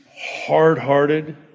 hard-hearted